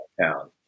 town